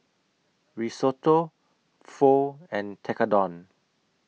Risotto Pho and Tekkadon